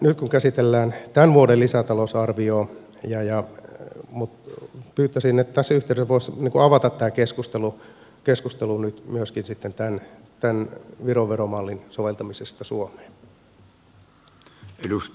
nyt kun käsitellään tämän vuoden lisätalousarviota pyytäisin että tässä yhteydessä voisi avata tämän keskustelun myöskin tämän viron veromallin soveltamisesta suomeen